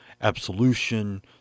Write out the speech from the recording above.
absolution